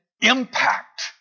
impact